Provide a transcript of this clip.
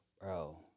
bro